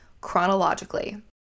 chronologically